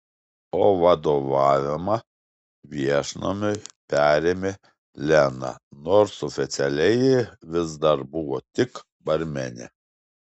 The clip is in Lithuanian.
o vadovavimą viešnamiui perėmė lena nors oficialiai ji vis dar buvo tik barmenė